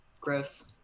gross